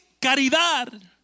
caridad